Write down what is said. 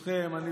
ברשותכם,